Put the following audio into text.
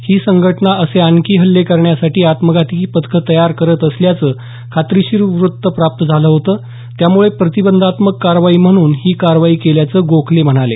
ही संघटना असे आणखी हल्ले करण्यासाठी आत्मघाती पथकं तयार करत असल्याचं खात्रीशीर वृत्त प्राप्त झालं होतं त्यामुळे प्रतिबंधात्मक कारवाई म्हणून ही कारवाई केल्याचं गोखले म्हणाले